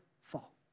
fall